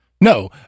No